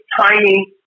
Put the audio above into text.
tiny